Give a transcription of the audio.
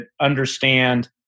understand